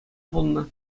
пулнӑ